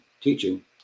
teaching